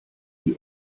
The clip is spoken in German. die